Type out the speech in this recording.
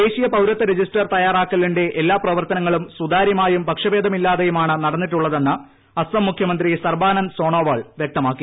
ദേശീയ പൌരത്വ രജിസ്റ്റർ തയ്യാറാക്കലിന്റെ എല്ലാ പ്രവർത്തനങ്ങളും സുതാര്യമായും പക്ഷഭേദമില്ലാതെയുമാണ് നടന്നിട്ടുള്ളതെന്ന് അസ്സാം മുഖ്യമന്ത്രി സർബാനന്ദ് സോണോവാൾ വൃക്തമാക്കി